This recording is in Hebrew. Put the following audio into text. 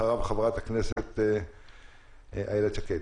אחריו חברת הכנסת איילת שקד.